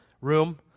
room